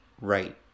Right